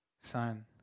Son